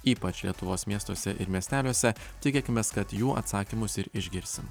ypač lietuvos miestuose ir miesteliuose tikėkimės kad jų atsakymus ir išgirsim